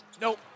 Nope